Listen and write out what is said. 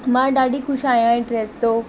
मां ॾाढी ख़ुशि आहियां इहो ड्रेस तों